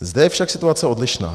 Zde je však situace odlišná.